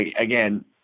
again